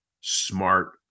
smart